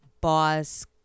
boss